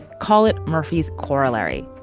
call it murphy's corollary.